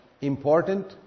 important